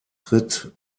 tritt